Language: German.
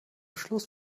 schluss